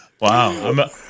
wow